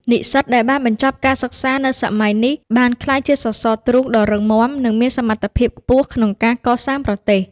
និស្សិតដែលបានបញ្ចប់ការសិក្សានៅសម័យនេះ បានក្លាយជាសសរទ្រូងដ៏រឹងមាំ និងមានសមត្ថភាពខ្ពស់ក្នុងការកសាងប្រទេស។